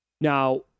Now